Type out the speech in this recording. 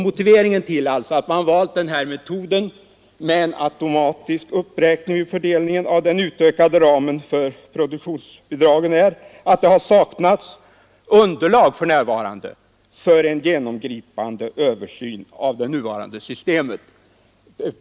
Motiveringen till att man valt den här metoden med en automatisk uppräkning vid fördelningen av den utökade ramen för produktionsbidragen är att det för närvarande saknas underlag för en genomgripande översyn av det nuvarande systemet.